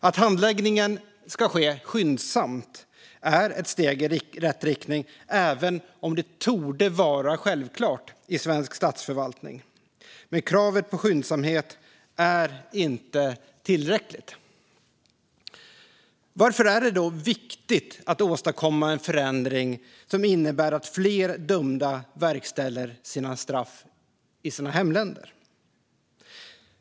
Att handläggningen ska ske skyndsamt är ett steg i rätt riktning, även om det torde vara självklart i svensk statsförvaltning. Kravet på skyndsamhet är dock inte tillräckligt. Varför är det då viktigt att åstadkomma en förändring som innebär att fler dömda får sina straff verkställda i sina hemländer?